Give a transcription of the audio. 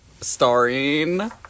starring